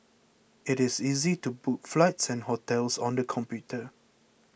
it is easy to book flights and hotels on the computer